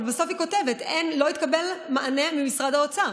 אבל בסוף היא כותבת: לא התקבל מענה ממשרד האוצר,